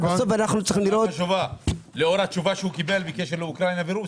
שאלה חשובה לאור התשובה שקיבל על אוקראינה ורוסיה.